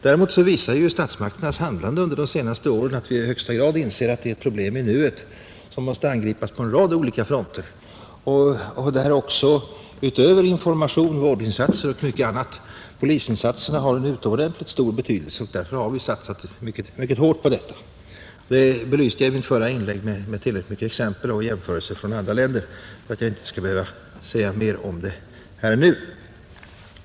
Däremot visar ju statsmakternas handlande under de senaste åren att vi i högsta grad inser att detta är ett problem i nuet, som måste angripas på en rad olika fronter och där också, utöver information, vårdinsatser och mycket annat, polisinsatserna har en utomordentligt stor betydelse. Därför har vi också satsat mycket hårt på detta. Det belyste jag i mitt förra inlägg med tillräckligt av exempel och jämförelser med andra länder för att jag inte skall behöva säga mer om det nu.